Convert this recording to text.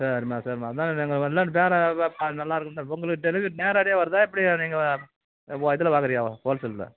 சரிம்மா சரிம்மா அதுதான் நாங்கள் இல்லாட்டி வேற நல்லா இருக்கும்ல உங்களுக்கு தெரிந்து நேரடியாக வருதா எப்படி நீங்கள் இதில் வாங்குறியாவா ஹோல் சேல்ல